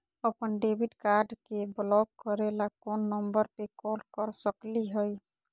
अपन debit card के block करे ला कौन नंबर पे कॉल कर सकली हई?